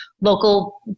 local